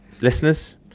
Listeners